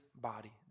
body